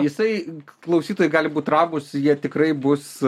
jisai klausytojai gali būt ramūs jie tikrai bus